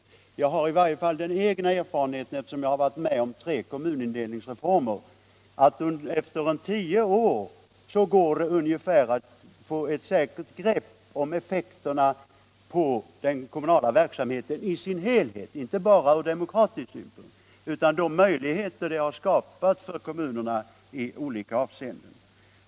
I varje fall säger mig min egen erfarenhet, eftersom jag har varit med om tre kommunin delningsreformer, att möjligen efter ca tio år går det att få ett säkert grepp om effekterna på den kommunala verksamheten i dess helhet — inte bara från demokratisk synpunkt utan också i fråga om de möjligheter som har skapats för kommunerna i olika avseenden.